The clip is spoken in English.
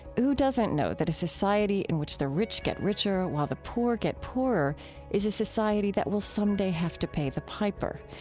who doesn't know that a society in which the rich get richer while the poor get poorer is a society that will some day have to pay the piper?